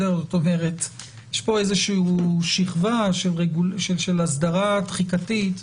זאת אומרת יש פה איזשהו שכבה של הסדרת תחיקתית,